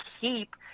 keep